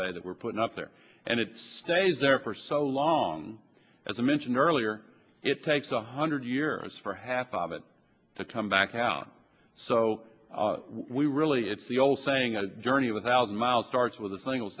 day that we're putting up there and it stays there for so long as i mentioned earlier it takes a hundred years for half of it to come back out so we really it's the old saying a journey without mile starts with a single